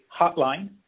hotline